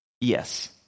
Yes